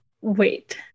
Wait